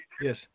Yes